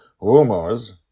rumors